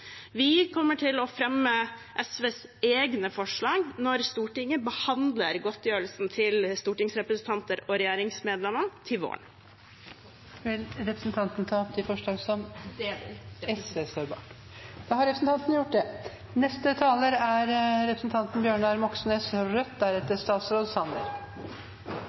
Vi kommer til å fremme SVs egne forslag når Stortinget behandler godtgjørelsen til stortingsrepresentanter og regjeringsmedlemmer til våren. Så vil jeg ta opp de forslagene som SV står bak. Da har representanten